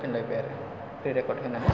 आंहा मंगलबाराव देदलाइन दं